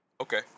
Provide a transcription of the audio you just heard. Okay